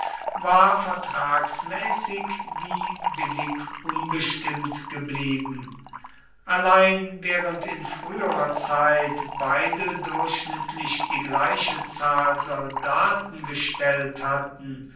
war vertragsmäßig wie billig unbestimmt geblieben allein während in früherer zeit beide durchschnittlich die gleiche zahl soldaten gestellt hatten